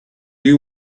you